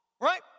Right